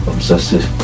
Obsessive